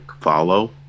follow